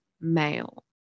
Male